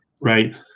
Right